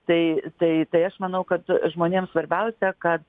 tai tai tai aš manau kad žmonėms svarbiausia kad